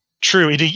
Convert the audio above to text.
True